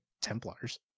Templars